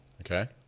Okay